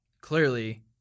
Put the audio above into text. clearly